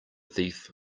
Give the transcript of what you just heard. thief